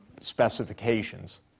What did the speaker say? specifications